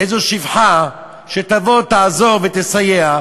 איזו שפחה שתבוא, תעזור ותסייע,